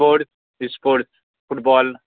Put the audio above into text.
sports esports football